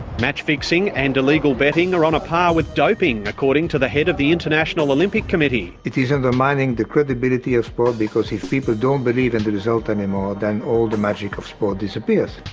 match-fixing and illegal betting are on a par with doping, according to the head of the international olympic committee. it is undermining the credibility of sport because if people don't believe in the result any more, then all the magic of sport disappears.